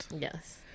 yes